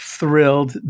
thrilled